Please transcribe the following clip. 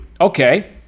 okay